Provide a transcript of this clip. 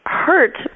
hurt